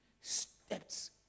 steps